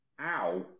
Ow